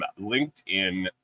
LinkedIn